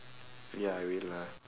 ya I will lah